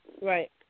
Right